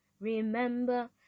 Remember